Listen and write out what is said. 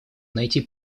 найти